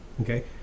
okay